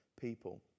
people